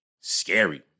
Scary